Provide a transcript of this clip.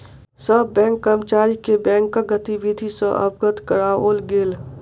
सभ बैंक कर्मचारी के बैंकक गतिविधि सॅ अवगत कराओल गेल